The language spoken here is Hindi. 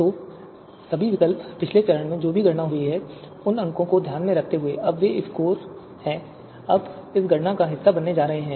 तो सभी विकल्प पिछले चरण में जो भी गणना हुई है उन अंकों को ध्यान में रखते हुए अब वे स्कोर हैं अब इस गणना का हिस्सा बनने जा रहे हैं